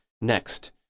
Next